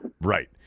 Right